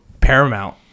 Paramount